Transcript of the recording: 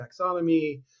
taxonomy